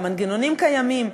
והמנגנונים קיימים,